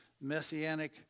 Messianic